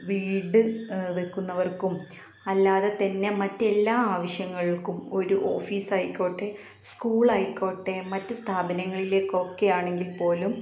വീട് വയ്ക്കുന്നവർക്കും അല്ലാതെ തന്നെ മറ്റെല്ലാ ആവശ്യങ്ങൾക്കും ഒരു ഓഫീസായിക്കോട്ടെ സ്കൂളായിക്കോട്ടെ മറ്റു സ്ഥാപനങ്ങളിലേക്കൊക്കെ ആണെങ്കിൽപ്പോലും